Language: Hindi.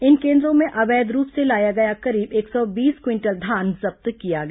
इन केन्द्रों में अवैध रूप से लाया गया करीब एक सौ बीस क्विंटल धान जब्त किया गया